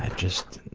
and just.